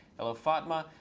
hello, fatma.